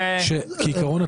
כעקרון,